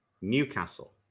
Newcastle